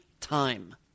time